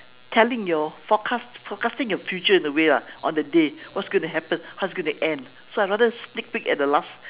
telling your forecast forecasting your future in a way lah on the day what's going to happen how it's gonna end so I rather sneak peek at the last